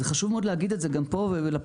חשוב מאוד להגיד את זה גם פה ולפרוטוקול,